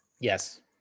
yes